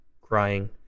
crying